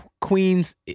Queens